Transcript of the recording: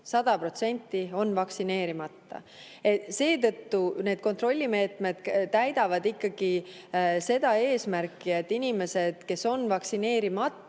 100%, on vaktsineerimata. Seetõttu need kontrollimeetmed ikkagi täidavad eesmärki, et inimesed, kes on vaktsineerimata,